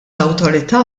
awtorità